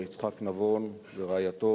מר יצחק נבון ורעייתו,